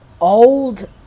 old